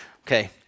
Okay